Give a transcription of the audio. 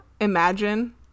imagine